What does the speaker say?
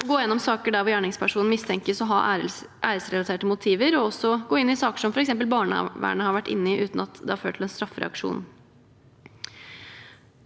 gå gjennom saker der hvor gjerningspersonen mistenkes å ha æresrelaterte motiver, og også gå inn i saker som f.eks. barnevernet har vært inne i, uten at det har ført til en straffereaksjon.